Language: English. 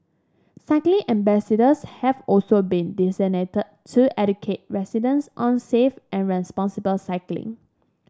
cycling ambassadors have also been designated to educate residents on safe and responsible cycling